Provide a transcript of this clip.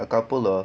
a couple of